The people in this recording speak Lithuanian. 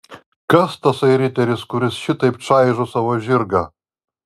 kas tasai riteris kuris šitaip čaižo savo žirgą